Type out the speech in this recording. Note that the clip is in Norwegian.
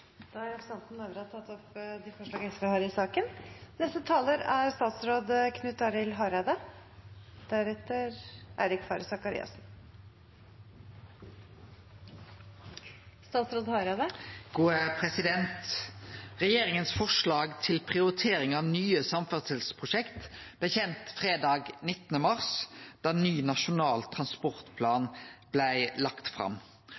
tatt opp de forslagene han refererte til. Regjeringas forslag til prioritering av nye samferdselsprosjekt blei kjent fredag 19. mars, da ny nasjonal transportplan blei lagd fram.